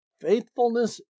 faithfulness